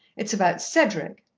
it's about cedric.